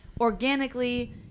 organically